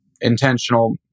intentional